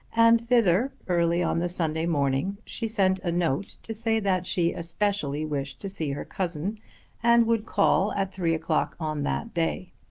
and thither early on the sunday morning she sent a note to say that she especially wished to see her cousin and would call at three o'clock on that day.